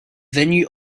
venue